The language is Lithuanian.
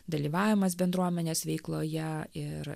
dalyvavimas bendruomenės veikloje ir